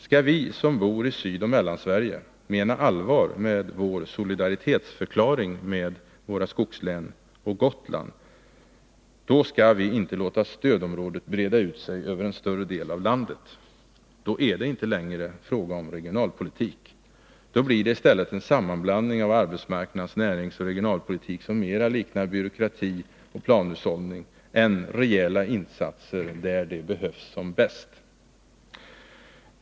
Skall vi som bor i Sydoch Mellansverige mena allvar med vårt förklarande av solidaritet med våra skogslän och Gotland, skall vi inte låta stödområdet breda ut sig över större delen av landet. Då är det inte längre fråga om regionalpolitik. Då blir det i stället en sammanblandning av arbetsmarknads-, näringsoch regionalpolitik, som mera liknar byråkrati och planhushållning än rejäla insatser där de behövs som bäst.